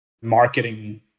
marketing